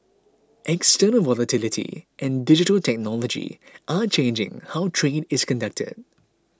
external volatility and digital technology are changing how trade is conducted